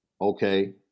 Okay